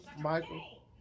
Michael